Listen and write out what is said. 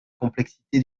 complexité